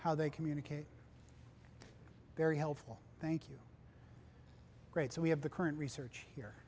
how they communicate very helpful thank you great so we have the current research here